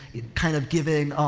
he'd kind of giving,